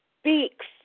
speaks